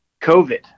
COVID